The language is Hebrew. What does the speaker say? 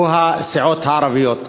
הם הסיעות הערביות.